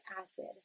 acid